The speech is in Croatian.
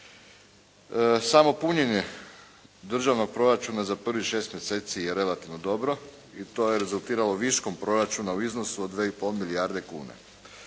Samo punjenje državnog proračuna za prvih 6 mjeseci je relativno dobro i to je rezultiralo viškom proračuna u iznosu od 2 i pol milijarde kuna.